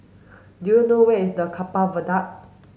do you know where is the Keppel Viaduct